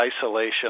isolation